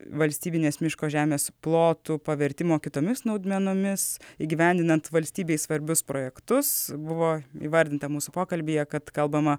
valstybinės miško žemės plotų pavertimo kitomis naudmenomis įgyvendinant valstybei svarbius projektus buvo įvardinta mūsų pokalbyje kad kalbama